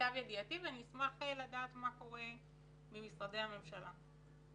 ואני אשמח לדעת מה קורה ממשרדי הממשלה.